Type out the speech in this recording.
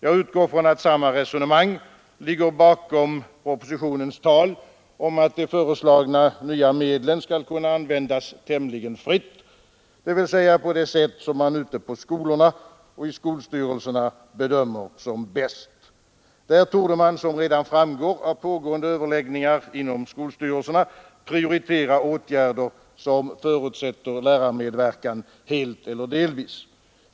Jag utgår från att samma resonemang ligger bakom propositionens tal om att de föreslagna nya medlen skall kunna användas tämligen fritt, dvs. på det sätt som man ute i skolorna och i skolstyrelserna bedömer som bäst. Där torde man, som redan framgår av pågående överläggningar inom skolstyrelserna, prioritera åtgärder som förutsätter lärarmedverkan helt eller delvis.